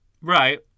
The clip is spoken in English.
Right